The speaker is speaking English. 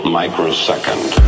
microsecond